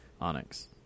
onyx